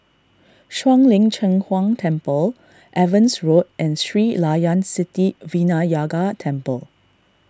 Shuang Lin Cheng Huang Temple Evans Road and Sri Layan Sithi Vinayagar Temple